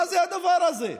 מה זה הדבר הזה?